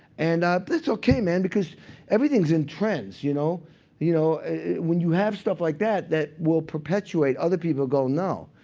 and that's ok, man, because everything's in trends. you know you know when you have stuff like that that will perpetuate, other people go, no.